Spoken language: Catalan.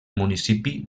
municipi